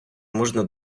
можна